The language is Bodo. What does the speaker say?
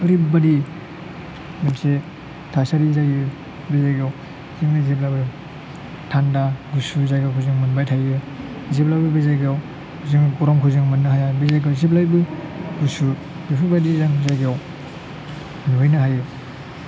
ओरैबायदि मोनसे थासारि जायो बे जायगायाव थान्दा गुसु जायगाखौ जों मोनबाय थायो जेब्लायबो बे जायगायाव जों गरमखौ जों मोननो हाया बे जायगायाव जेब्लायबो गुसु बेफोरबायदि जों जायगायाव नुहैनो हायो